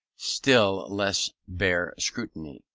still less bear scrutiny.